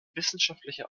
wissenschaftliche